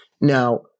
Now